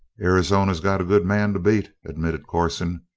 arizona's got a good man to beat, admitted corson,